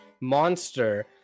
monster